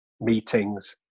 meetings